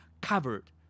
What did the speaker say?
covered